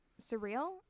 surreal